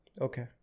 Okay